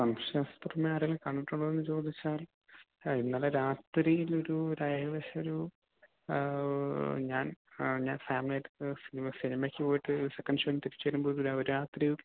സംശയാസ്പദമായി ആരേലും കണ്ടിട്ടുണ്ടോന്ന് ചോദിച്ചാൽ ഏ ഇന്നലെ രാത്രിയിൽ ഒരു ഒരു ഏകദേശം ഒരു ഞാൻ സാൻമെയ്ഡ് സിനിമയ്ക്ക് പോയിട്ട് സെക്കൻ ഷോന് തിരിച്ച് വരുമ്പോൾ ഒരു രാത്രി ഒരു രാത്രി